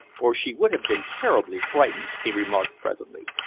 or she would have been terribly frightened, he remarked presently.